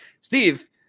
Steve